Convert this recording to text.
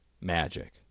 Magic